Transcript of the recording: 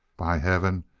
by heaven,